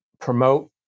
promote